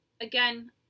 Again